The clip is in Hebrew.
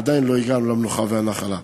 עדיין לא הגענו למנוחה ולנחלה.